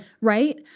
Right